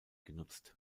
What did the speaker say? genutzt